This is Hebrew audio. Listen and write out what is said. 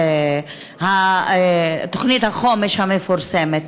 תוכנית החומש המפורסמת.